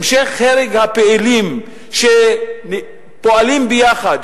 המשך הרג הפעילים שפועלים ביחד,